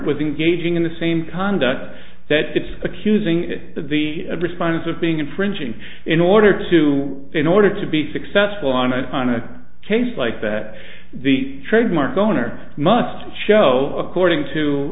was engaging in the same conduct that it's accusing the response of being infringing in order to in order to be successful on it on a case like that the trademark owner must show according to